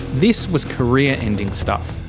this was career-ending stuff.